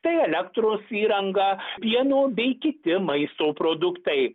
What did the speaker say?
tai elektros įranga pieno bei kiti maisto produktai